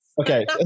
Okay